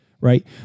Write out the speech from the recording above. right